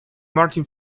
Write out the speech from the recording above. martin